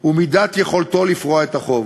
ומידת יכולתו לפרוע את החוב.